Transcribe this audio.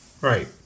Right